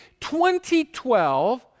2012